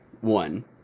one